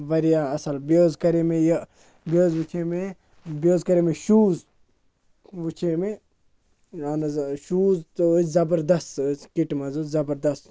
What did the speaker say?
واریاہ اَصٕل بیٚیہِ حظ کَرے مےٚ یہِ بیٚیہِ حظ وٕچھے مےٚ بیٚیہِ حظ کَرے مےٚ شوٗز وٕچھے مےٚ اہن حظ شوٗز تہٕ ٲسۍ زَبردست کِٹہٕ منٛز حظ زَبردست